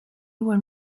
when